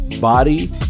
body